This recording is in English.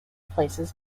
places